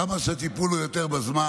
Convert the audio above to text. כמה שהטיפול הוא יותר בזמן,